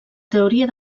teoria